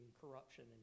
corruption